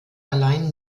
allein